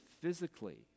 physically